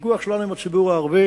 הוויכוח שלנו עם הציבור הערבי